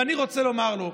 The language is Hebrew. ואני רוצה לומר לו: